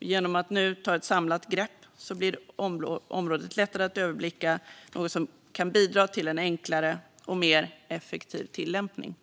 Genom att nu ta ett samlat grepp blir området lättare att överblicka, och det är något som kan bidra till en enklare och mer effektiv tillämpning.